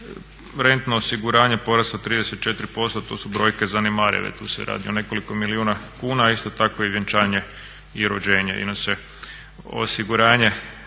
Rentno osiguranje poraslo je 34% to su brojke zanemarive, tu se radi o nekoliko milijuna kuna, a isto tako i vjenčanje i rođenje,